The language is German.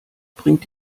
bringt